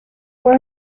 where